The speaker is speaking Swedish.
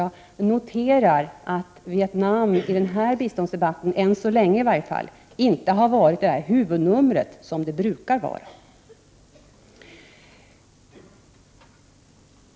Jag noterar att Vietnam inte har varit det huvudnummer i den här biståndsdebatten, i varje fall inte än så länge, som det brukar vara.